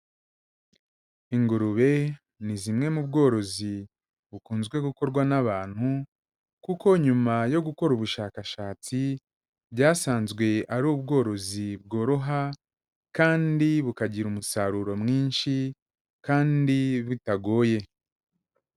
Ingurube ni zimwe mu bworozi bukunzwe gukorwa n'abantu kuko nyuma yo gukora ubushakashatsi, byasanzwe ari ubworozi bworoha kandi bukagira umusaruro mwinshi kandi bitagoye.